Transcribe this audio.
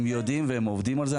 הם יודעים והם עובדים על זה.